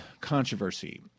controversy